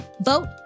vote